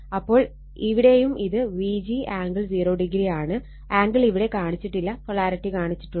അപ്പോൾ ഇവിടെയും ഇത് Vg ആംഗിൾ 0° ആണ് ആംഗിൾ ഇവിടെ കാണിച്ചിട്ടില്ല പൊളാരിറ്റി കാണിച്ചിട്ടുണ്ട്